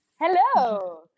Hello